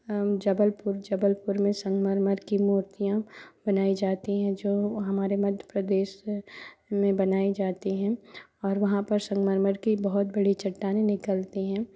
जबलपुर जबलपुर में संगमरमर की मूर्तियाँ बनाई जाती हैं जो हमारे मध्य प्रदेश में बनाई जाती हैं और वहाँ पर संगमरमर की बहुत बड़ी चट्टानें निकलती हैं